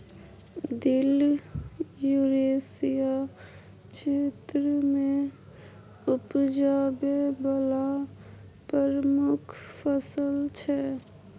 दिल युरेसिया क्षेत्र मे उपजाबै बला प्रमुख फसल छै